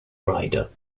rider